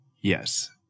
Yes